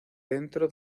dentro